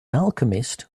alchemist